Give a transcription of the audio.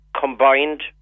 combined